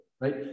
right